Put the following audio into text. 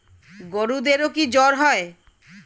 গরুদেরও কি জ্বর হয়?